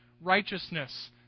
righteousness